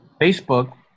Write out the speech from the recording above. facebook